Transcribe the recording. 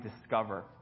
discover